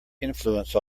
influence